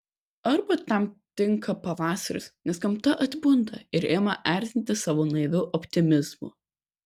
arba tam tinka pavasaris nes gamta atbunda ir ima erzinti savo naiviu optimizmu